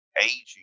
aging